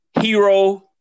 hero